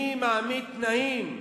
אני מעמיד תנאים,